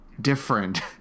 different